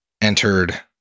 entered